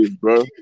bro